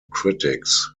critics